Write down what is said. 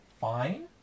fine